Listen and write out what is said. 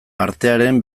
artearen